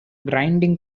grinding